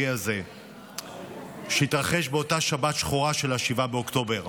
הזה שהתרחש באותה שבת שחורה של 7 באוקטובר.